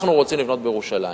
אנחנו רוצים לבנות בירושלים.